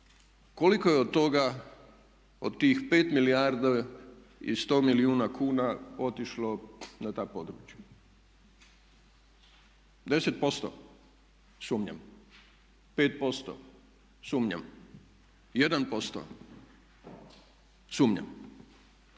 koliko je od toga, od tih 5 milijardi i 100 milijuna kuna otišlo na ta područja? 10%? Sumnjam. 5%? Sumnjam. 1%? Sumnjam.